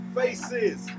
faces